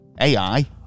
AI